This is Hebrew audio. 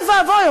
אוי ואבוי,